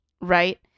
right